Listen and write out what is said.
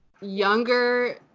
younger